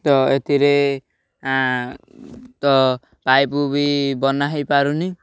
ତ ଏଥିରେ ତ ପାଇପ୍ ବି ବନା ହେଇପାରୁନି